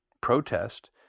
protest